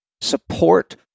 support